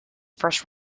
first